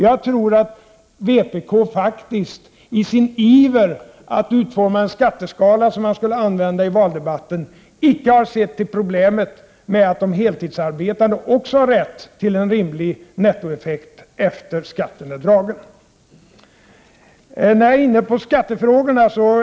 Jag tror att vpk faktiskt i sin iver att utforma en skatteskala att använda i valdebatten inte har uppmärksammat problemet att också de heltidsarbetande har rätt till en rimlig nettoeffekt efter det att skatten är dragen.